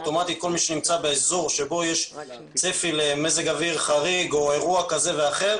כל מי שנמצא באזור שבו יש צפי למזג אוויר חריג או לאירוע כזה ואחר,